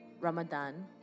Ramadan